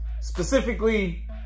specifically